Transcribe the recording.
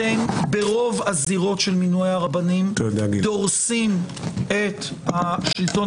אתם ברוב הזירות של מינוי הרבנים דורסים את השלטון